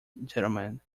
gentlemen